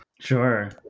Sure